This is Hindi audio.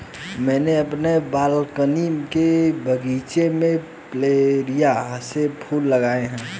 मैंने अपने बालकनी के बगीचे में प्लमेरिया के फूल लगाए हैं